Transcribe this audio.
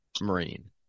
Marine